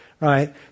Right